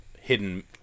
hidden